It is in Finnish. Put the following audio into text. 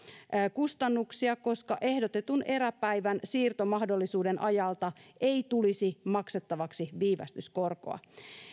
kustannuksia koska ehdotetun eräpäivän siirtomahdollisuuden ajalta ei tulisi maksettavaksi viivästyskorkoa